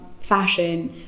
fashion